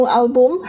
album